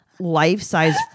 life-size